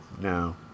No